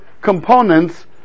components